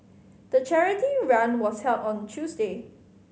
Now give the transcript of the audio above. the charity run was held on Tuesday